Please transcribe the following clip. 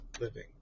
living